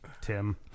Tim